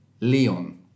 Leon